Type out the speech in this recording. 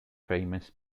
famous